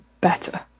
better